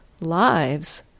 lives